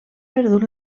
perdut